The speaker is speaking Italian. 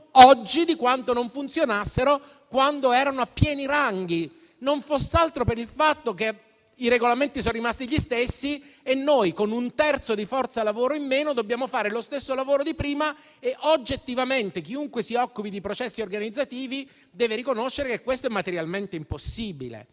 oggi di quanto non funzionassero quando erano a pieni ranghi, non foss'altro per il fatto che i Regolamenti sono rimasti gli stessi e noi, con un terzo di forza lavoro in meno, dobbiamo fare lo stesso lavoro di prima e oggettivamente chiunque si occupi di processi organizzativi deve riconoscere che questo è materialmente impossibile.